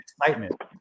excitement